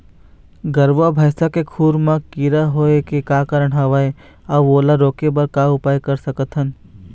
गरवा भैंसा के खुर मा कीरा हर होय का कारण हवए अऊ ओला रोके बर का उपाय कर सकथन?